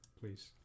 please